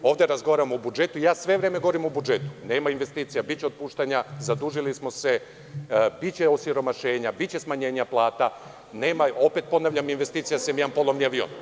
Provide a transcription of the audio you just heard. Ovde razgovaramo o budžetu i ja sve vreme govorim o budžetu, nema investicija, biće otpuštanja, zadužili smo se, biće osiromašenja i smanjenja plata, nema investicija, sem jednog polovnog aviona.